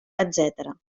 etcètera